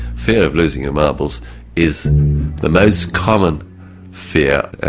fear of losing your marbles is the most common fear